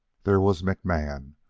there was mcmann,